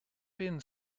been